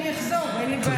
אני אחזור, אין לי בעיה.